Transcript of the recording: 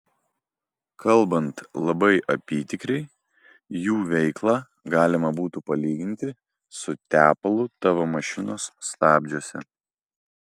kalbant labai apytikriai jų veiklą galima būtų palyginti su tepalu tavo mašinos stabdžiuose